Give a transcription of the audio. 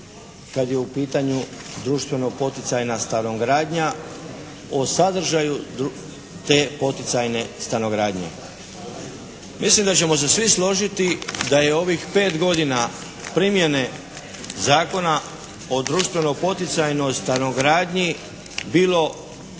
kad je u pitanju društveno-poticajna stanogradnja o sadržaju te poticajne stanogradnje. Mislim da ćemo se svi složiti da je ovih 5 godina primjene Zakona o društveno-poticajnoj stanogradnji bilo